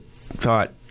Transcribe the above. thought